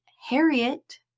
Harriet